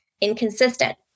inconsistent